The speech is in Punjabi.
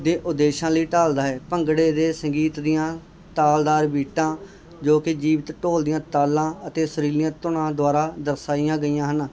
ਦੇ ਉਦੇਸ਼ਾਂ ਲਈ ਢਾਲਦਾ ਹੈ ਭੰਗੜੇ ਦੇ ਸੰਗੀਤ ਦੀਆਂ ਤਾਲਦਾਰ ਬੀਟਾਂ ਜੋ ਕਿ ਜੀਵਤ ਢੋਲ ਦੀਆਂ ਤਾਲਾਂ ਅਤੇ ਸੁਰੀਲੀਆਂ ਧੁਨਾਂ ਦੁਆਰਾ ਦਰਸਾਈਆਂ ਗਈਆਂ ਹਨ